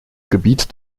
gebiet